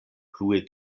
plue